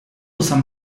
some